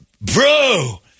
Bro